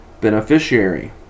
beneficiary